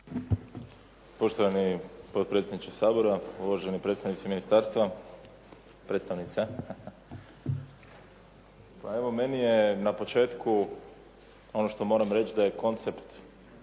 Poštovani potpredsjedniče Sabora, uvaženi predstavnice ministarstva. Meni je na početku ono što moram reći da je koncept